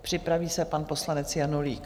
Připraví se pan poslanec Janulík.